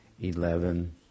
eleven